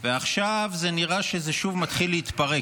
ועכשיו זה נראה שזה שוב מתחיל להתפרק.